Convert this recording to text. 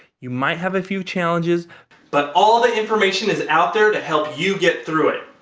you might have a few challenges but all the information is out there to help you get through it.